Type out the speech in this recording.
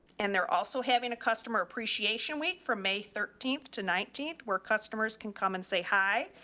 and they're also having a customer appreciation week from may thirteenth to nineteenth where customers can come and say hi,